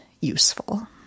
useful